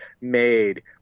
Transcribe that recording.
made